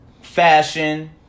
fashion